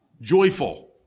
Joyful